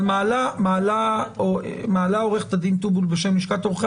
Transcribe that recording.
אבל מעלה עורכת הדין טובול בשם לשכת עורכי